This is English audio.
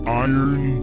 iron